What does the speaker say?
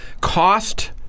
Cost